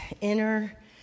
inner